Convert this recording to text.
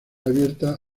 abierta